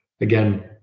again